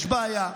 יש בעיה,